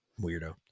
Weirdo